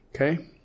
Okay